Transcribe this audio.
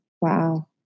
Wow